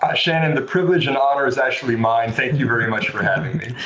ah shannon! the privilege and honor is actually mine! thank you very much for having me!